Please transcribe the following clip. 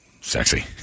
sexy